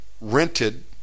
rented